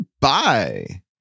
Bye